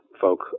folk